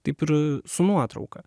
taip ir su nuotrauka